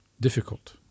Difficult